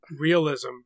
realism